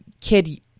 kid